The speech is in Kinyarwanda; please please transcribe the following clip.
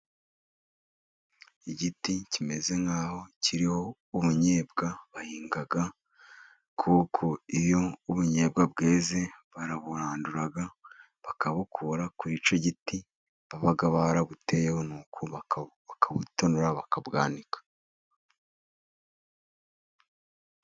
Igiti kimeze nk'aho kiriho ubunyebwa bahinga, kuko iyo ubunyebwa bweze baraburandura, bakabukura kuri icyo giti baba barabuteyeho, ni uko bakabutonora, bakabwanika.